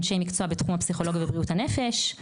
אנשי מקצוע בתחום הפסיכולוגיה ובריאות הנפש.